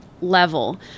level